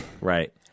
Right